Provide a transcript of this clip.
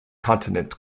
continent